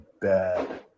bad